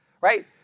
right